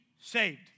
saved